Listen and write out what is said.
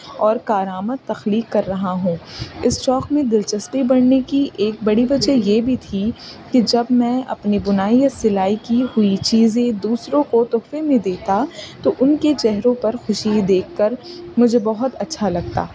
اور کارآمد تخلیق کر رہا ہوں اس شوق میں دلچسپی بڑھنے کی ایک بڑی وجہ یہ بھی تھی کہ جب میں اپنی بنائی یا سلائی کی ہوئی چیزیں دوسروں کو تحفے میں دیتا تو ان کے چہروں پر خوشی دیکھ کر مجھے بہت اچھا لگتا